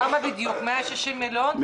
כמה בדיוק, 160 מיליון?